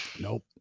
Nope